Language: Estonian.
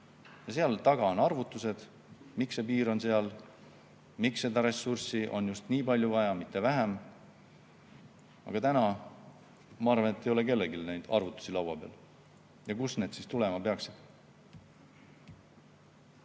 ja seal taga on arvutused, miks see piir on seal, miks seda ressurssi on vaja just nii palju, mitte vähem. Aga täna, ma arvan, ei ole kellelgi neid arvutusi laua peal. Kust need siis tulema peaksid?